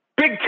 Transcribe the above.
Big